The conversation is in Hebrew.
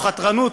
או חתרנות,